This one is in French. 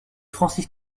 francis